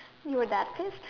you're adaptive